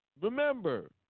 Remember